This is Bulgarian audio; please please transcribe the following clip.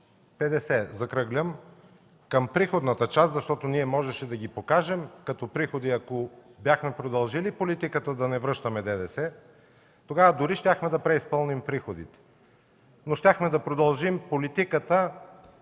450, закръглям, към приходната част, защото ние можеше да ги покажем като приходи, ако бяхме продължили политиката да не връщаме ДДС, тогава дори щяхме да преизпълним приходите, но щяхме да продължим политиката